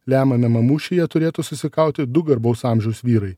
lemiamajame mūšyje turėtų susikauti du garbaus amžiaus vyrai